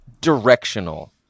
directional